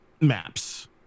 Maps